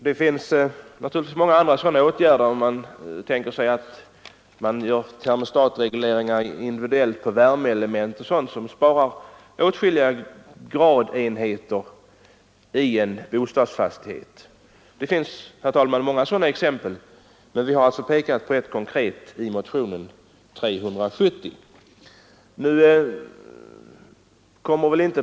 Det finns naturligtvis många andra sådana åtgärder, t.ex. individuell termostatreglering på värmeelement, vilket sparar åtskillig värme i en bostadsfastighet. Men vi har i motion 370 pekat på ett konkret exempel.